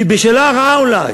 כי בשלה הרעה אולי,